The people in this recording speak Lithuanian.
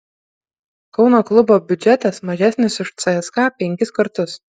kauno klubo biudžetas mažesnis už cska penkis kartus